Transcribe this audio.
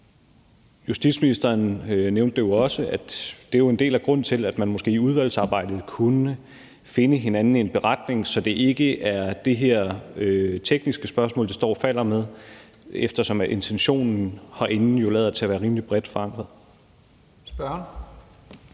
justitsministeren nævnte det også, at det jo er en del af grunden til, at man måske i udvalgsarbejdet kunne finde hinanden i en beretning, så det ikke er det her tekniske spørgsmål, det står og falder med, eftersom intentionen herinde jo lader til at være rimelig bredt forankret.